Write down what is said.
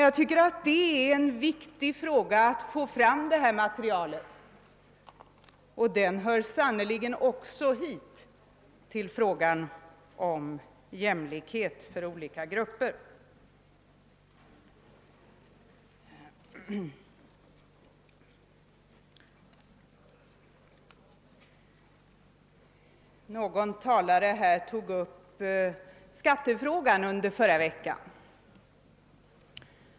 Jag tycker det är viktigt att få fram detta material, och det hör sannerligen också samman med frågan Någon talare berörde förra veckans skattedebatt.